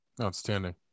Outstanding